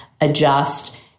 adjust